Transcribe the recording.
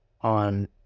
on